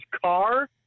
car